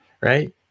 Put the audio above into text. right